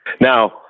Now